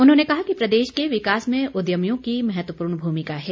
उन्होंने कहा कि प्रदेश के विकास में उद्यमियों की महत्वपूर्ण भूमिका है